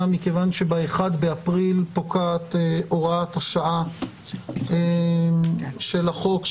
מכיוון ב-1 באפריל פוקעת הוראת השעה של החוק,